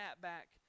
back